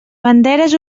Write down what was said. banderes